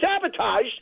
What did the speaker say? sabotaged